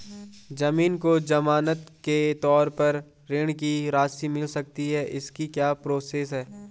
ज़मीन को ज़मानत के तौर पर ऋण की राशि मिल सकती है इसकी क्या प्रोसेस है?